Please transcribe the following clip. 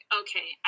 okay